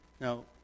now